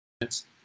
minutes